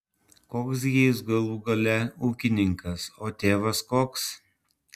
koks gi jis galų gale ūkininkas o tėvas koks